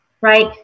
right